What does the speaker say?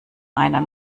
einer